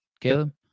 Caleb